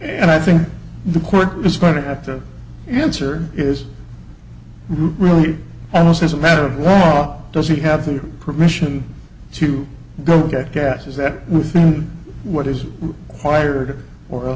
and i think the court is going to have to answer is really almost as a matter of law does he have the permission to go get gas is that with him what is wired or